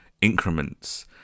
increments